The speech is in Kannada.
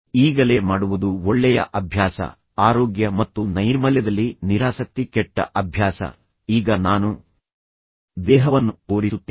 ಈಗಲೇ ಮಾಡುವುದು ಒಳ್ಳೆಯ ಅಭ್ಯಾಸ ಆರೋಗ್ಯ ಮತ್ತು ನೈರ್ಮಲ್ಯದಲ್ಲಿ ನಿರಾಸಕ್ತಿ ಕೆಟ್ಟ ಅಭ್ಯಾಸ ಈಗ ನಾನು ದೇಹವನ್ನು ತೋರಿಸುತ್ತೇನೆ